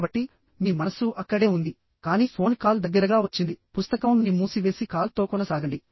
కాబట్టి మీ మనస్సు అక్కడే ఉంది కానీ ఫోన్ కాల్ దగ్గరగా వచ్చిందిపుస్తకం ని మూసి వేసి కాల్ తో కొనసాగండి